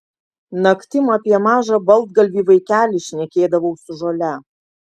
naktim apie mažą baltgalvį vaikelį šnekėdavau su žole